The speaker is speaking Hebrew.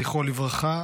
זיכרו לברכה,